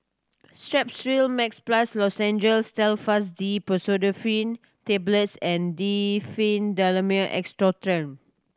Strepsil Max Plus Lozenges Telfast D Pseudoephrine Tablets and Diphenhydramine Expectorant